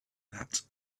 that